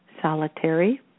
Solitary